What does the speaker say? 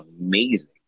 amazing